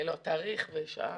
לא, תאריך ושעה.